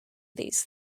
these